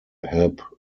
help